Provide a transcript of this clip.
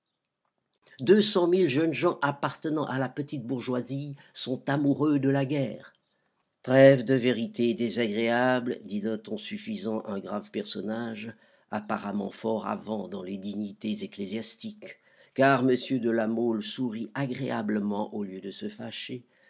mille jeunes gens appartenant à la petite bourgeoisie sont amoureux de la guerre trêve de vérités désagréables dit d'un ton suffisant un grave personnage apparemment fort avant dans les dignités ecclésiastiques car m de la mole sourit agréablement au lieu de se fâcher